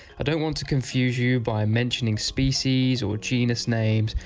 i don't want to confuse you by mentioning species or genus names.